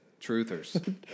Truthers